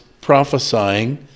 prophesying